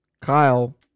Kyle